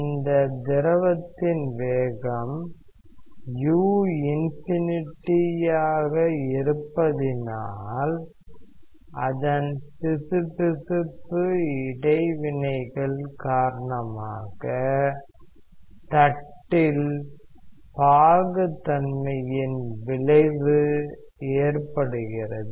அந்த திரவத்தின் வேகம் u∞ இருப்பதினால் அதன் பிசுபிசுப்பு இடைவினைகள் காரணமாக தட்டில் பாகுத்தன்மையின் விளைவு ஏற்படுகிறது